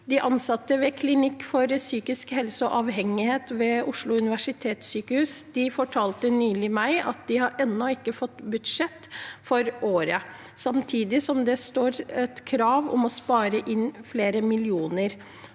De ansatte ved Klinikk psykisk helse og avhengighet ved Oslo universitetssykehus fortalte meg nylig at de ennå ikke har fått budsjettet for i år, samtidig som det står som et krav å spare inn flere millioner.